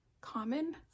common